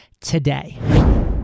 today